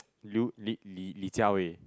Liu Li Li Li-Jia-wei